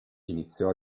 iniziò